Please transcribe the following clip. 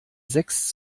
sechs